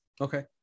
Okay